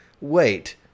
Wait